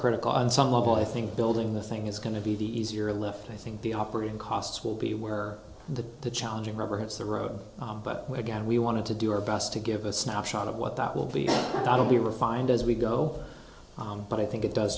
critical on some level i think building the thing is going to be the easier left i think the operating costs will be where the challenging rubber hits the road but again we wanted to do our best to give a snapshot of what that will be not only refined as we go on but i think it does